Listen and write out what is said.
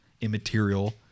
immaterial